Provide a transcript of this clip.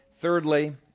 Thirdly